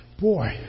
boy